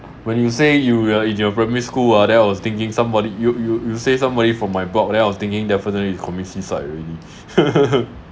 when you say you were in your primary school ah then I was thinking somebody you you you say somebody from my block then I was thinking definitely is commit suicide already